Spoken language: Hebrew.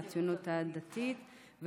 מהציונות הדתית.